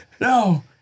no